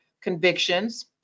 convictions